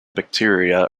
bacteria